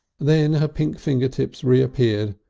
then her pink finger tips reappeared,